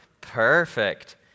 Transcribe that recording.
perfect